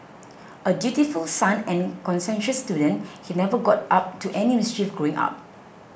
a dutiful son and conscientious student he never got up to any mischief growing up